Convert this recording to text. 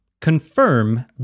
Confirm